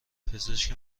پزشک